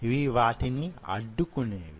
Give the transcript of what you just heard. ఇవి వాటిని అడ్డుకునేవి